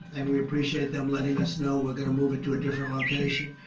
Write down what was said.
and we appreciate them letting us know. we are going to move it to a different location,